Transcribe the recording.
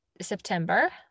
September